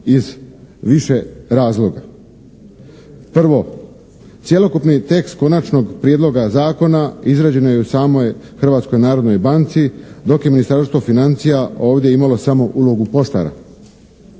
iz više razloga. Prvo, cjelokupni tekst konačnog prijedloga zakona izrađeno je u samoj Hrvatskoj narodnoj banci dok je Ministarstvo financija ovdje imalo samo ulogu poštara.